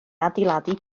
adeiladu